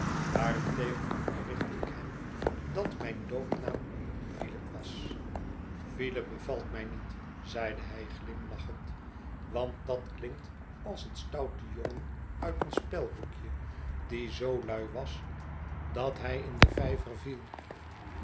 daarentegen onderrichtte ik hem dat mijn doopnaam filip was filip bevalt mij niet zeide hij glimlachend want dat klinkt als een stoute jongen uit een spelboekje die zoo lui was dat hij in den vijver viel